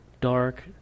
dark